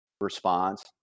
response